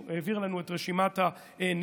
הוא העביר לנו את רשימת הנספים,